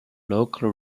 local